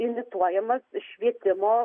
imituojamas švietimo